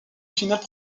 finales